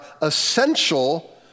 essential